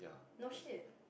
not shit